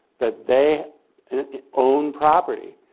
that they own property.